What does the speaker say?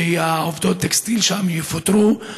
מעובדות הטקסטיל שם יפוטרו.